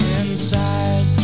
inside